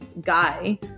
guy